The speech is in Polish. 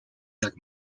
jak